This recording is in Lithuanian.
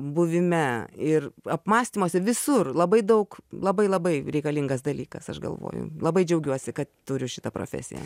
buvime ir apmąstymuose visur labai daug labai labai reikalingas dalykas aš galvoju labai džiaugiuosi kad turiu šitą profesiją